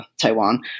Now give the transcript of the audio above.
Taiwan